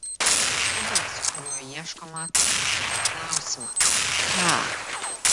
tai būdas kuriuo ieškoma atsakymo į klausimą ką